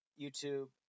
YouTube